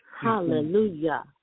Hallelujah